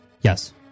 Yes